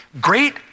Great